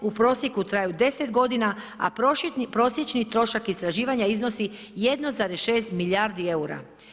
U prosjeku traju 10 godina, a prosječni trošak istraživanja iznosi 1,6 milijardi eura.